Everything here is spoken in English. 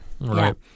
Right